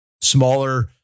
smaller